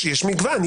יש מגוון,